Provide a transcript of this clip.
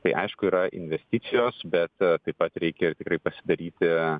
tai aišku yra investicijos bet taip pat reikia tikrai pasidaryti